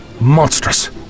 Monstrous